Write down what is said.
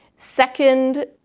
Second